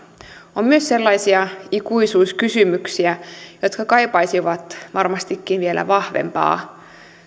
on myös sellaisia ikuisuuskysymyksiä jotka kaipaisivat varmastikin vielä vahvempaa